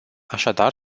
așadar